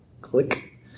Click